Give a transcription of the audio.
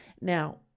Now